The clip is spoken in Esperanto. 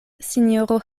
sinjoro